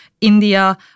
India